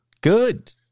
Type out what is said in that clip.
Good